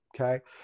Okay